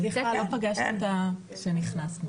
סליחה, לא פגשתי אותה כשנכנסנו.